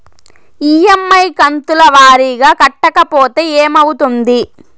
EMI కంతుల వారీగా కట్టకపోతే ఏమవుతుంది?